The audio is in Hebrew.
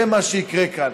זה מה שייקרה כאן.